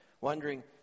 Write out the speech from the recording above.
wondering